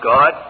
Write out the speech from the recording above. God